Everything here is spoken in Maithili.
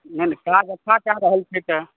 एहन काज सभटा कए रहल छै तऽ